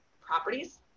properties